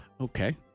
Okay